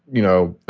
you know,